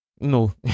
No